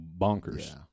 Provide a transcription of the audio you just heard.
bonkers